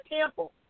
temple